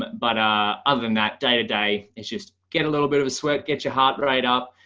but but ah other than that day to day and just get a little bit of a sweat, get your heart rate up,